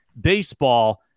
Baseball